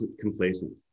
complacent